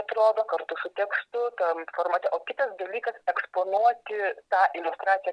atrodo kartu su tekstu tam formate o kitas dalykas eksponuoti tą iliustraciją